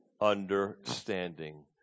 understanding